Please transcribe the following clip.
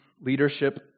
leadership